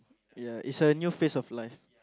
ya is a new phase of life